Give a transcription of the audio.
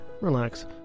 relax